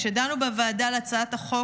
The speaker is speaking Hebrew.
כשדנו בוועדה על הצעת החוק,